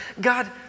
God